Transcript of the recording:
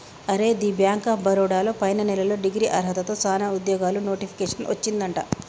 అరే the bank of Baroda లో పైన నెలలో డిగ్రీ అర్హతతో సానా ఉద్యోగాలు నోటిఫికేషన్ వచ్చిందట